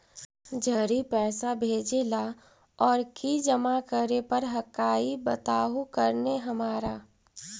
जड़ी पैसा भेजे ला और की जमा करे पर हक्काई बताहु करने हमारा?